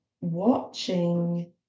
watching